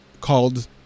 called